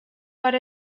per